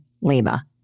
Lima